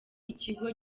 ikigo